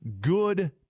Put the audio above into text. good